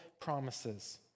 promises